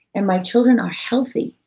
and my children are healthy.